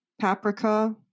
paprika